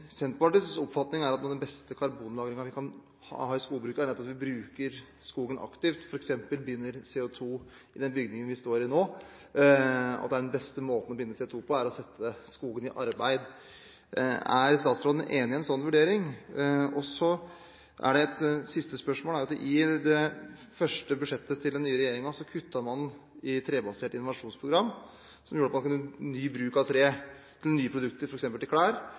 Senterpartiets oppfatning er at noe av den beste karbonlagringen vi kan ha i skogbruket, er nettopp at vi bruker skogen aktivt, f.eks. binder CO2 i denne bygningen som vi står i nå, og at den beste måten å binde CO2 på, er å sette skogen i arbeid. Er statsråden enig i en slik vurdering? Et siste spørsmål: I det første budsjettet til den nye regjeringen kuttet man i trebasert innovasjonsprogram, som handlet om ny bruk av tre til nye produkter, f.eks. klær, og man kuttet i